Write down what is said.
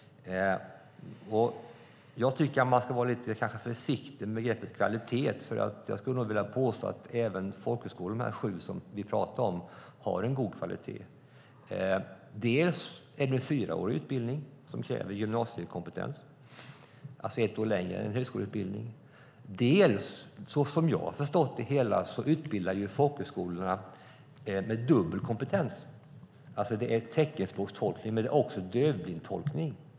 Jag tycker att man nog ska vara lite försiktig med begreppet kvalitet. Jag skulle nog vilja påstå att även folkhögskolorna - de sju som vi pratade om - har en god kvalitet. Dels är det en fyraårig utbildning som kräver gymnasiekompetens. Den är alltså ett år längre än högskoleutbildningen. Dels utbildar folkhögskolorna med dubbel kompetens, alltså både teckenspråkstolkning och dövblindtolkning.